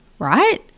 right